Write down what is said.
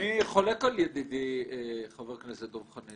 אני חולק על ידידי חבר הכנסת דב חנין.